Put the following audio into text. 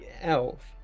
elf